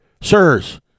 Sirs